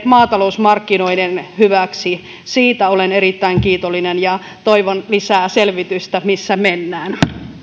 maatalousmarkkinoiden hyväksi olen erittäin kiitollinen ja toivon lisää selvitystä missä mennään